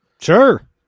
Sure